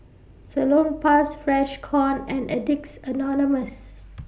Salonpas Freshkon and Addicts Anonymous